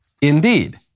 indeed